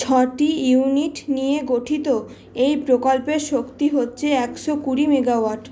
ছটি ইউনিট নিয়ে গঠিত এই প্রকল্পের শক্তি হচ্ছে একশো কুড়ি মেগাওয়াট